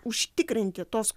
užtikrinti tos